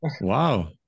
Wow